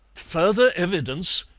further evidence!